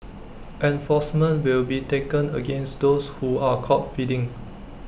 enforcement will be taken against those who are caught feeding